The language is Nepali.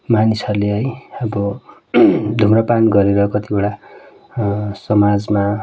मानिसहरूले है अब धुम्रपान गरेर कतिवटा समाजमा